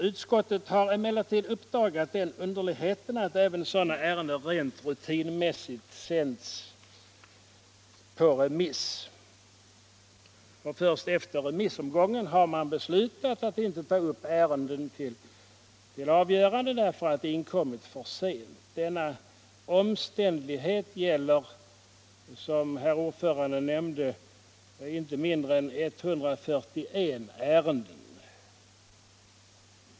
Utskottet har emellertid uppdagat den underligheten att även sådana ärenden rent rutinmässigt sänts på remiss och att man först efter remissomgången beslutat att inte ta upp ärenden till avgörande därför att de inkommit för sent. Denna omständighet gäller, som herr ordföranden nämnde, inte mindre än 141 ärenden.